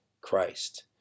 Christ